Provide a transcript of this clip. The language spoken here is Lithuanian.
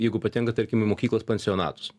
jeigu patenka tarkim į mokyklos pensionatus